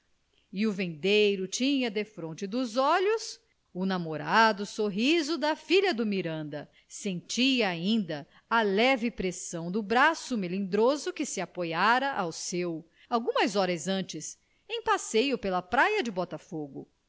e o vendeiro tinha defronte dos olhos o namorado sorriso da filha do miranda sentia ainda a leve pressão do braço melindroso que se apoiara ao seu algumas horas antes em passeio pela praia de botafogo